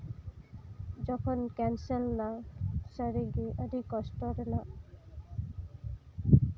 ᱡᱚᱠᱷᱚᱱ ᱠᱮᱱᱥᱮᱞ ᱮᱱᱟ ᱥᱟᱹᱨᱤ ᱜᱮ ᱟᱹᱰᱤ ᱠᱚᱥᱴᱚ ᱨᱮᱭᱟᱜ